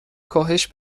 کاهش